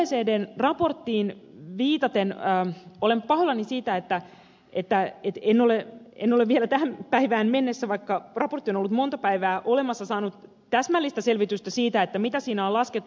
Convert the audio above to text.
oecdn raporttiin viitaten olen pahoillani siitä että en ole vielä tähän päivään mennessä vaikka raportti on ollut monta päivää olemassa saanut täsmällistä selvitystä siitä mitä siinä on laskettu